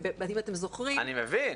אם אתם זוכרים במקרים --- אני מבין,